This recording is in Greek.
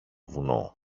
βουνό